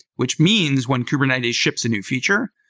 which means when kubernetes ships a new feature,